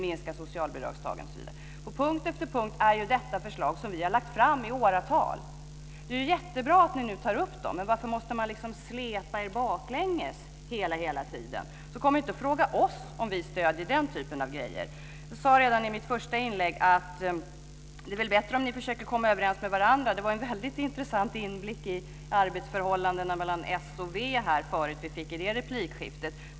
Det är jättebra att ni nu tar upp dem. Men varför måste man liksom släpa er baklänges hela tiden? Kom inte och fråga oss om vi stöder den typen av grejer! Jag sade redan i mitt första inlägg att det väl är bättre om ni försöker komma överens med varandra. Det var en väldigt intressant inblick i arbetsförhållandena mellan s och v som vi fick se förut i det replikskiftet.